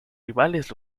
rivales